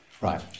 Right